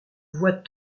voix